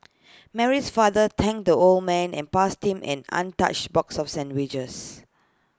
Mary's father thanked the old man and passing him an untouched box of sandwiches